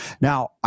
Now